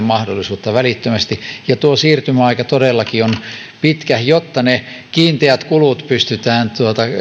mahdollisuutta välittömästi ja tuo siirtymäaika todellakin on pitkä jotta ne kiinteät kulut pystytään